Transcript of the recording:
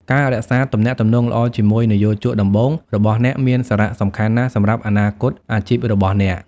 ការរក្សា ទំនាក់ទំនងល្អជាមួយនិយោជកដំបូង របស់អ្នកមានសារៈសំខាន់ណាស់សម្រាប់អនាគតអាជីពរបស់អ្នក។